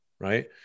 Right